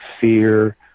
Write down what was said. fear